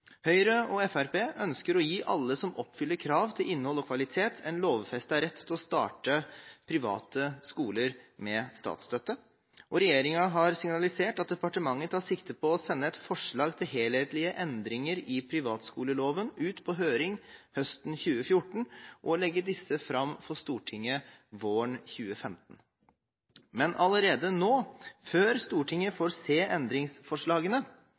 Høyre og Fremskrittspartiet ønsker å gi alle som oppfyller krav til innhold og kvalitet, en lovfestet rett til å starte private skoler med statsstøtte. Regjeringen har signalisert at departementet tar sikte på å sende et forslag til helhetlige endringer i privatskoleloven ut på høring høsten 2014 og legge disse fram for Stortinget våren 2015. Men allerede nå, før Stortinget får se endringsforslagene,